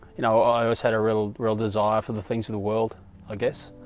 you know i always had a real real desire for the things of the world i guess